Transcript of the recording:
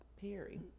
Perry